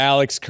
Alex